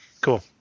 Cool